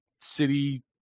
city